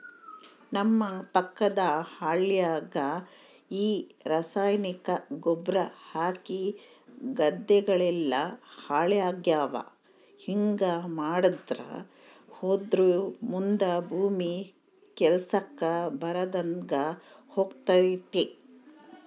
ನಮ್ಮ ಪಕ್ಕದ ಹಳ್ಯಾಗ ಈ ರಾಸಾಯನಿಕ ಗೊಬ್ರ ಹಾಕಿ ಗದ್ದೆಗಳೆಲ್ಲ ಹಾಳಾಗ್ಯಾವ ಹಿಂಗಾ ಮಾಡ್ತಾ ಹೋದ್ರ ಮುದಾ ಭೂಮಿ ಕೆಲ್ಸಕ್ ಬರದಂಗ ಹೋತತೆ